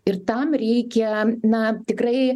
ir tam reikia na tikrai